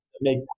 make